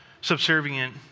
subservient